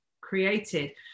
created